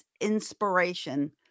inspiration